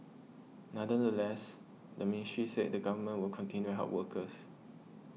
nonetheless the ministry said the Government will continue help workers